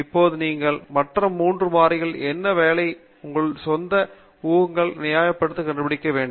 இப்போது நீங்கள் மற்ற 3 மாறிகள் என்ன வேலை மற்றும் உங்கள் சொந்த ஊகங்கள் நியாயப்படுத்த என்ன கண்டுபிடிக்க வேண்டும்